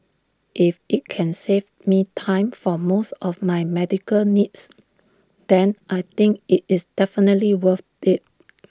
if IT can save me time for most of my medical needs then I think IT is definitely worth IT